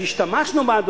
שהשתמשנו בה,